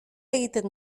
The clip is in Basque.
egiten